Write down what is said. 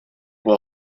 will